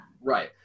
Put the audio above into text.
Right